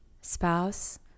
spouse